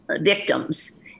victims